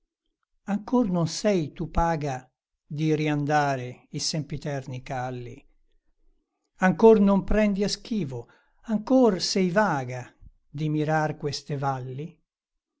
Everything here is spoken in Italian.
ancor non sei tu paga di riandare i sempiterni calli ancor non prendi a schivo ancor sei vaga di mirar queste valli